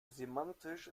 semantisch